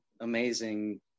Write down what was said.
amazing